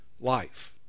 life